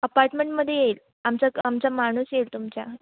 अपार्टमेंटमध्ये येईल आमचा आमचा माणूस येईल तुमच्या